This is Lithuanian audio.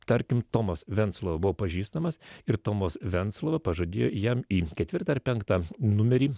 tarkim tomas venclova buvo pažįstamas ir tomas venclova pažadėjo jam į ketvirtą ar penktą numerį